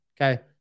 okay